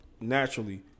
naturally